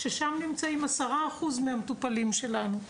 ששם נמצאים 10% מהמטופלים שלנו.